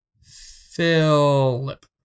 Philip